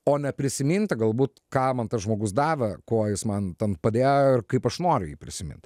o ne prisiminti galbūt ką man tas žmogus davė kuo jis man ten padėjo ir kaip aš noriu jį prisimint